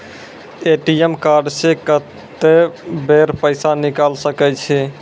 ATM card से कत्तेक बेर पैसा निकाल सके छी?